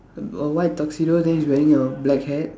a a white tuxedo then he's wearing a black hat